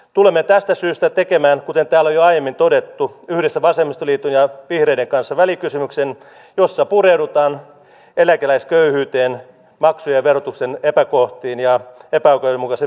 tulemme tästä syystä tekemään kuten täällä on jo aiemmin todettu yhdessä vasemmistoliiton ja vihreiden kanssa välikysymyksen jossa pureudutaan eläkeläisköyhyyteen maksujen ja verotuksen epäkohtiin ja epäoikeudenmukaisen verotuksen muutoksiin